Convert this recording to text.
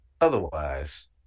Otherwise